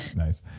nice.